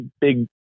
big